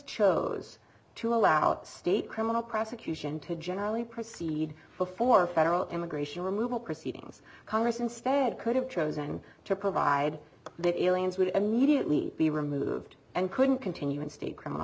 chose to allow the state criminal prosecution to generally proceed before federal immigration removal proceedings congress instead could have chosen to provide that aliens would immediately be removed and couldn't continue in state criminal